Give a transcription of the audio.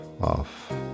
off